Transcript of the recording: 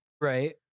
Right